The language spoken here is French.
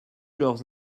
leurs